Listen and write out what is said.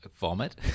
vomit